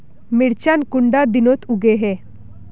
मिर्चान कुंडा दिनोत उगैहे?